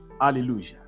Hallelujah